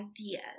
ideas